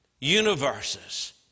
universes